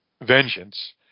vengeance